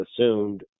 assumed